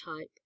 type